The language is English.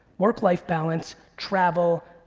work, life balance, travel,